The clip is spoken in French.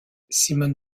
simon